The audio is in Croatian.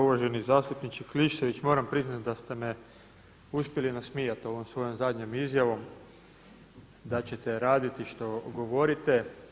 Uvaženi zastupniče Klisović, moram priznati da ste me uspjeli nasmijati ovom svojom zadnjom izjavom da ćete raditi što govorite.